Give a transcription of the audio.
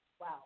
Wow